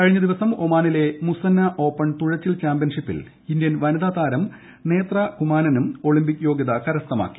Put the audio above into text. കഴിഞ്ഞ ദിവസം ഒമാനിലെ മുസന്ന ഓപ്പൺ തുഴച്ചിൽ ചാമ്പ്യൻഷിപ്പിൽ ഇന്ത്യൻ വനിതതാരം നേത്ര കുമാനനും ഒളിമ്പിക് യോഗൃത കരസ്ഥമാക്കി